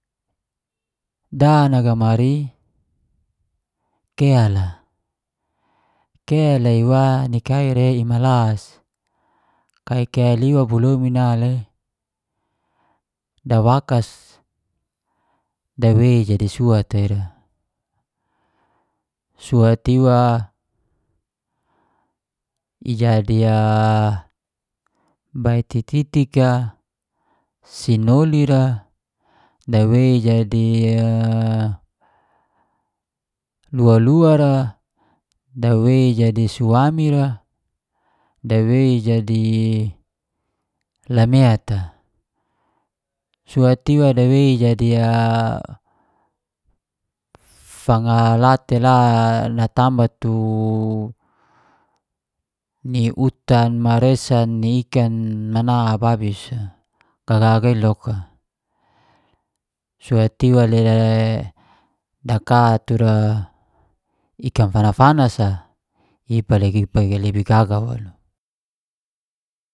Da nagamari kel a, kel a ira ni ka rei i namalas. Kai kel ia bo lomin a dawakas dawei jadi suat ira, suat iwa ijadi a bai titik a. sinoli ra, dawei jadi lua-lua ra, dawei jadi suami ra, dawei jadi lamet a. Suat iwa dawei jadi a fanga la tela natamba tu ni utan, maresan, ni ikan mana ababis gaga i loka, suat iwa le daka tura iakan fanas-fanas a i gaga waluk